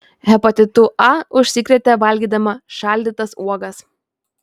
hepatitu a užsikrėtė valgydama šaldytas uogas